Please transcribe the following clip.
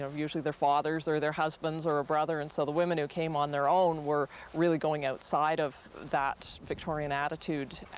usually their father's or their husband's or a brother. and so the women who came on their own were really going outside of that victorian attitude.